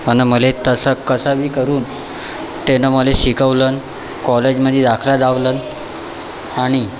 आणि मले तसं कसंबी करून त्यानं मला शिकवलंन कॉलेजमध्ये दाखला दावलंन आणि